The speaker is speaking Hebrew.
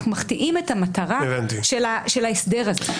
אנחנו חוטאים למטרה של ההסדר הזה.